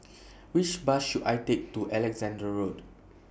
Which Bus should I Take to Alexandra Road